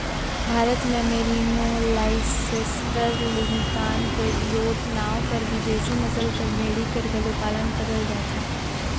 भारत में Merino, Leicester, Lincoln, Cheviot नांव कर बिदेसी नसल कर भेड़ी कर घलो पालन करल जाथे